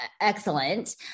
excellent